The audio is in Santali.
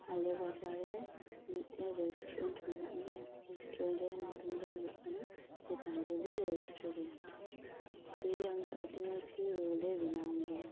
ᱟᱞᱮ ᱵᱟᱡᱟᱨ ᱨᱮ ᱢᱮᱫᱴᱮᱱ ᱨᱮᱥᱴᱩᱨᱮᱱᱴ ᱢᱮᱱᱟᱜ ᱜᱮᱭᱟ ᱨᱮᱥᱴᱩᱨᱮᱸᱴ ᱨᱮᱭᱟᱜ ᱧᱩᱛᱩᱢ ᱫᱚ ᱦᱩᱭᱩᱜ ᱠᱟᱱᱟ ᱜᱤᱛᱟᱧᱡᱚᱞᱤ ᱨᱮᱥᱴᱩᱨᱮᱱᱴ ᱫᱤᱭᱮ ᱚᱸᱰᱮ ᱟᱹᱰᱤ ᱢᱚᱸᱡᱽ ᱜᱮ ᱨᱳᱞ ᱮ ᱵᱮᱱᱟᱣ ᱜᱮᱭᱟ